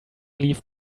leave